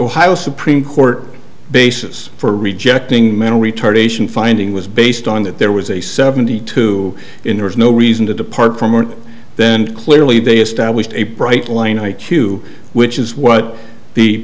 ohio supreme court basis for rejecting mental retardation finding was based on that there was a seventy two in there is no reason to depart from and then clearly they established a bright line i q which is what the